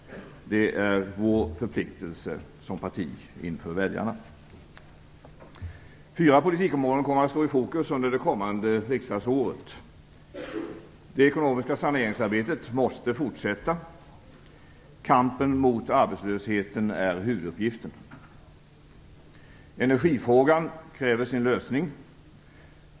Det är vår förpliktelse som parti, vår förpliktelse i förhållande till väljarna. Fyra politikområden kommer att stå i fokus under det kommande riksdagsåret. Det ekonomiska saneringsarbetet måste fortsätta. Kampen mot arbetslösheten är huvuduppgiften. Energifrågan kräver sin lösning.